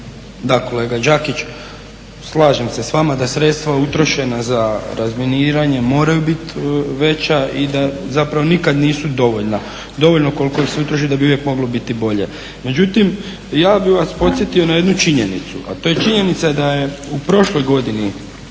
Da, kolega Đakić. Slažem se s vama da sredstva utrošena za razminiranje moraju biti veća i da zapravo nikad nisu dovoljna, dovoljno koliko se … da bi uvijek moglo biti bolje. Međutim, ja bih vas podsjetio na jednu činjenicu, a to je činjenica da je u prošloj godini